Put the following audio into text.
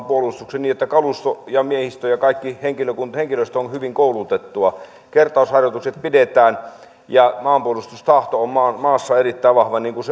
puolustuksen niin että kalusto miehistö ja kaikki henkilöstö on hyvin koulutettua kertausharjoitukset pidetään ja maanpuolustustahto on maassa erittäin vahva niin kuin